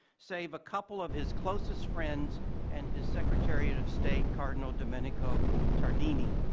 save a couple of his closest friends and his secretary and of state, cardinal domenico tardini.